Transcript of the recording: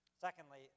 Secondly